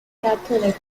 catholic